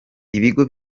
ibigo